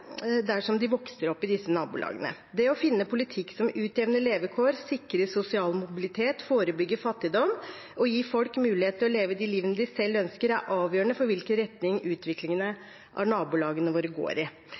dersom de vokser opp i disse nabolagene. Å finne politikk som utjevner levekår, sikrer sosial mobilitet, forebygger fattigdom og gir folk mulighet til å leve det livet de selv ønsker, er avgjørende for hvilken retning utviklingen av nabolagene våre går i.